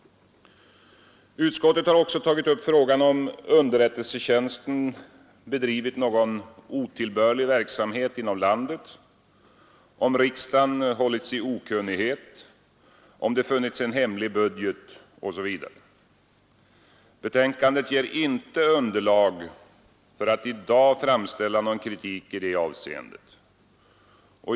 Utskottet har också tagit upp frågan om underrättelsetjänsten bedrivit någon otillbörlig verksamhet inom landet, om riksdagen hållits i okunnighet, om det funnits en hemlig budget osv. Betänkandet ger inte underlag för att i dag framställa någon kritik i dessa avseenden.